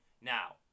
Now